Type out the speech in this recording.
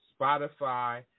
Spotify